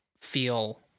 feel